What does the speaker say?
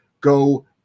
go